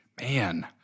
Man